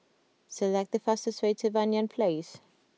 select the fastest way to Banyan Place